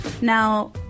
Now